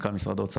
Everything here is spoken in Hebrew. מנכ"ל משרד האוצר,